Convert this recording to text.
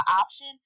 option